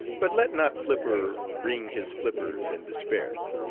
but let not flipper wring his flippers in despair,